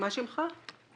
מה שמך?